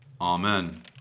Amen